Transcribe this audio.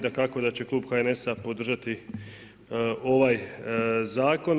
Dakako da će klub HNS-a podržati ovaj zakon.